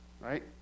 Right